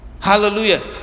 hallelujah